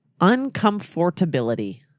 Uncomfortability